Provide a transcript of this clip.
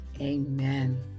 Amen